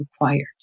required